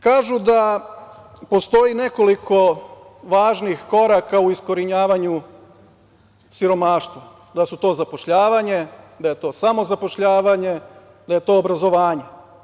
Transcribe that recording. Kažu da postoji nekoliko važnih koraka u iskorenjivanju siromaštva, da su to zapošljavanje, da je to samo zapošljavanje, da je to obrazovanje.